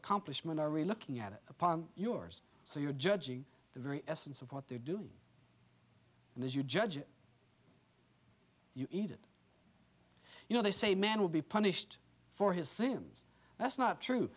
accomplishment are really looking at it upon yours so you're judging the very essence of what they're doing and as you judge it you eat it you know they say man will be punished for his sins that's not true